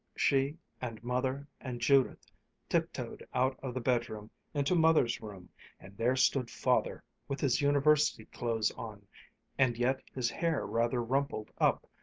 she and mother and judith tiptoed out of the bedroom into mother's room and there stood father, with his university clothes on and yet his hair rather rumpled up,